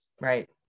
Right